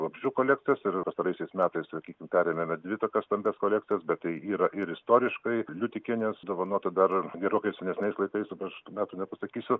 vabzdžių kolekcijas ir pastaraisiais metais sakykim perėmėme dvi tokias stambias kolekcijas bet tai yra ir istoriškai liutikienės dovanota dar gerokai senesniais laikais dabar aš tų metų nepasakysiu